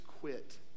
quit